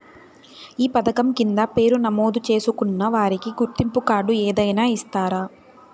ఈ పథకం కింద పేరు నమోదు చేసుకున్న వారికి గుర్తింపు కార్డు ఏదైనా ఇస్తారా?